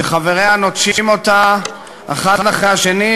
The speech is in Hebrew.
שחבריה נוטשים אותה האחד אחרי השני,